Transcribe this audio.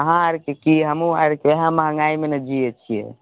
अहाँ आरके की हमहुँ आरके इएहे महँगाइमे ने जियै छियै